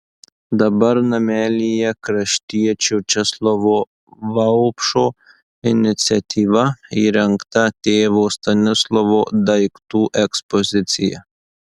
dabar namelyje kraštiečio česlovo vaupšo iniciatyva įrengta tėvo stanislovo daiktų ekspozicija